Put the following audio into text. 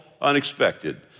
unexpected